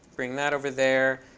bring that over there.